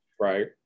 Right